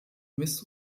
miss